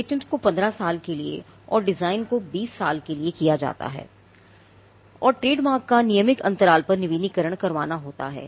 patent को 15 साल के लिए और डिजाइन को 20 साल के लिए रखा जाता है और ट्रेडमार्क का नियमित अंतराल पर नवीनीकरण करवाना पड़ता है